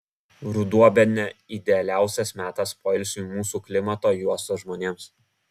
ruduo bene idealiausias metas poilsiui mūsų klimato juostos žmonėms